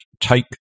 take